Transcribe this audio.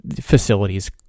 facilities